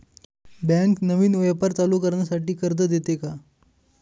Bank नवीन व्यापार चालू करण्यासाठी कर्ज देते का?